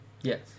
yes